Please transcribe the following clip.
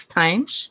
times